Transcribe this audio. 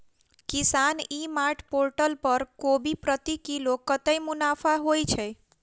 किसान e mart portal पर कोबी प्रति किलो कतै मुनाफा होइ छै?